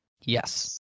yes